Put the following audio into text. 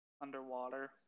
underwater